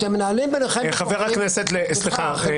אתם מנהלים ביניכם --- סליחה, סליחה.